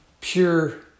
pure